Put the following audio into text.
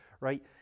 right